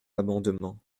amendement